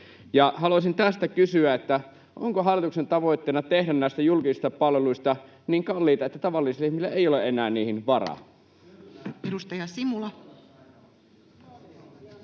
haluaisin kysyä: onko hallituksen tavoitteena tehdä julkisista palveluista niin kalliita, että tavallisilla ihmisillä ei ole enää niihin varaa?